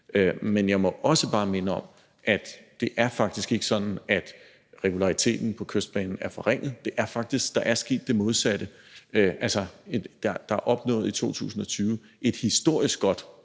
men jeg må også bare minde om, at det ikke er sådan, at regulariteten på Kystbanen er forringet, men at der faktisk er sket det modsatte. Der er i 2020 opnået et historisk godt